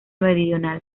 meridional